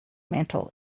mantle